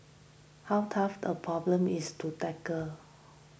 how tough a problem is to tackle